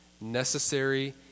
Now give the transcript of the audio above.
necessary